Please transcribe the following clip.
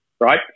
right